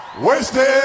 Wasted